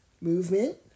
movement